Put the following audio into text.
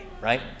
right